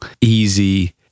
easy